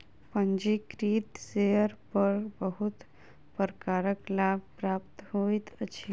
पंजीकृत शेयर पर बहुत प्रकारक लाभ प्राप्त होइत अछि